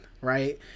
right